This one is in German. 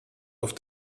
auf